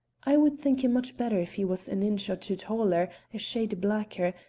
i would think him much better if he was an inch or two taller, a shade blacker,